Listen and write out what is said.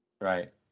Right